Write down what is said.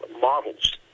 models